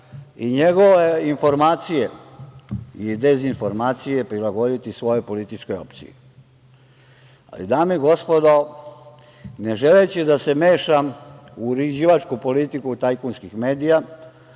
i njegove informacije, ili dezinformacije prilagoditi svojoj političkoj opciji. Dame i gospodo, ne želeći da se mešam u uređivačku politiku tajkunskih medija,